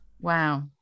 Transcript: Wow